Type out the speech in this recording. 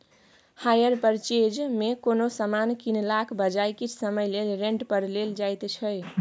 hire purchase मे कोनो समान कीनलाक बजाय किछ समय लेल रेंट पर लेल जाएत छै